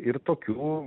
ir tokių